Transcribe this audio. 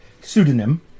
pseudonym